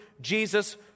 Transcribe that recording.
Jesus